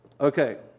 Okay